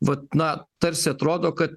vat na tarsi atrodo kad